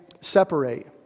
separate